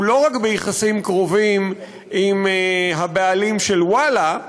שהוא לא רק ביחסים קרובים עם הבעלים של "וואלה",